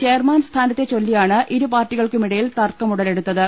chairman സ്ഥാനത്തെ ചൊല്ലിയാണ് ഇരു പാർട്ടികൾക്കുമിടയിൽ തർക്കം ഉടലെടുത്തത്